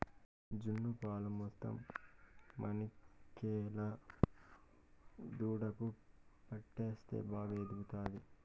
జున్ను పాలు మొత్తం మనకేలా దూడకు పట్టిస్తే బాగా ఎదుగుతాది